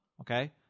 okay